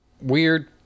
Weird